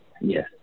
Yes